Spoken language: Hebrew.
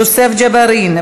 יוסף ג'בארין,